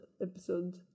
episode